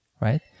right